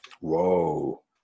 Whoa